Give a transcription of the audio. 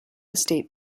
estate